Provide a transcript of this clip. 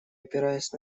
опираясь